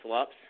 ups